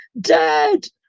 dad